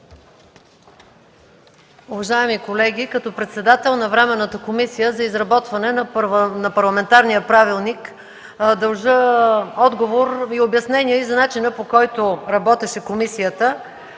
Уважаеми колеги, като председател на Временната комисия за изработване на парламентарния правилник дължа отговор и обяснение за начина, по който работеше комисията.